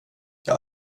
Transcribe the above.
jag